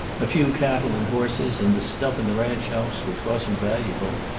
a few cattle and horses, and the stuff in the ranch house, which wasn't valuable.